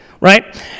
right